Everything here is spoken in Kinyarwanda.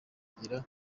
agira